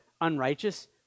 unrighteous